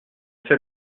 fait